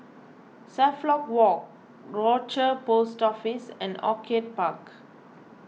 Suffolk Walk Rochor Post Office and Orchid Park